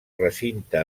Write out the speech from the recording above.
recinte